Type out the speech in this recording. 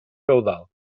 feudal